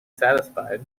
satisfied